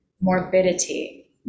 morbidity